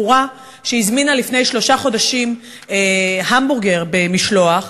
בחורה הזמינה לפני שלושה חודשים המבורגר במשלוח,